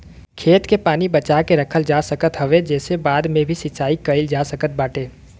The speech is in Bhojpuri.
खेत के पानी बचा के रखल जा सकत हवे जेसे बाद में भी सिंचाई कईल जा सकत बाटे